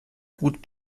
gut